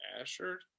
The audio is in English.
asher